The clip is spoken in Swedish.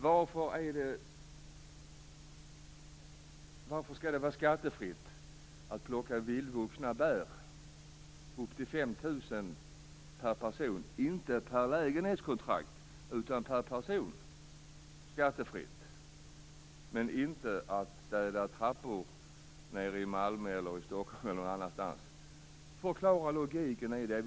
Varför skall det vara skattefritt att plocka vildvuxna bär - upp till 5 000 kr per person, inte per lägenhetskontrakt - men inte att städa trappor i Malmö, Stockholm eller någon annanstans? Förklara logiken i det!